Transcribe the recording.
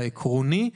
העקרוני,